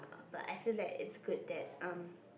but I feel like it's good that um